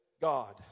God